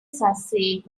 succeeded